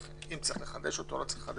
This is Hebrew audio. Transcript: אם צריך לחדש אותו או לא צריך,